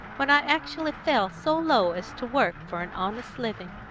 when i actually fell so low as to work for an honest living.